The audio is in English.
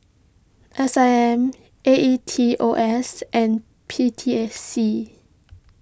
S I M A E T O S and P T S C